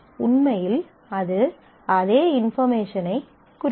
உண்மையில் அது அதே இன்பார்மேஷனை குறிக்காது